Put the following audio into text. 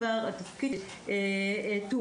התפקיד של כולנו יחד הוא לתת את המענה המותאם.